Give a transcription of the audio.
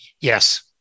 Yes